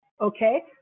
okay